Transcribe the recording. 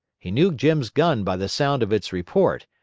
he knew jim's gun by the sound of its report,